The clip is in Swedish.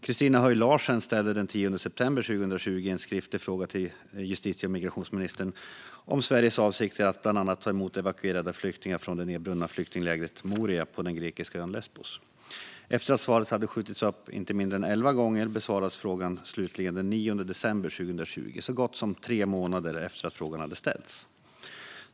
Christina Höj Larsen ställde den 10 september 2020 en skriftlig fråga till justitie och migrationsminister Morgan Johansson om Sveriges avsikter att bland annat ta emot evakuerade flyktingar från det nedbrunna flyktinglägret Moria på den grekiska ön Lesbos. Efter att svaret hade skjutits upp inte mindre än elva gånger besvarades frågan slutligen den 9 december 2020, i princip tre månader efter att den hade ställts.